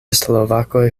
slovakoj